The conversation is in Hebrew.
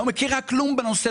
שלא מכירה כלום בנושא,